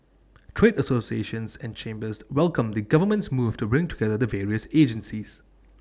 trade associations and chambers welcomed the government's move to bring together the various agencies